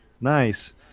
Nice